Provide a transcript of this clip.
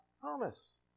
promise